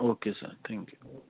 okay sir thank you